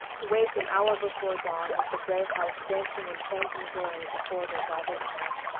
to wake an hour before dawn with the gray house dancing in phantom glory before their dazzled eyes.